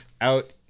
out